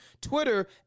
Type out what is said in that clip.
Twitter